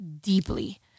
deeply